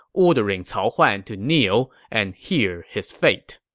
ordering cao huan to kneel and hear his fate